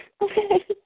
Okay